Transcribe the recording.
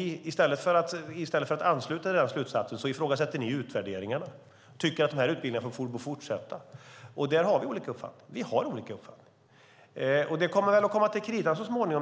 I stället för att ansluta er till den slutsatsen ifrågasätter ni utvärderingarna och tycker att de här utbildningarna borde få fortsätta. Där har vi olika uppfattning. Det kommer väl till kritan